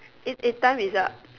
eh eh time is up